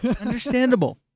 Understandable